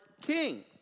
king